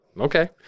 Okay